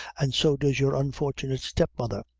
and so does your unfortunate step-mother.